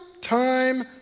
time